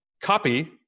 Copy